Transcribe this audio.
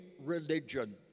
religion